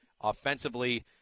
offensively